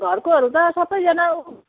घरकोहरू त सबैजना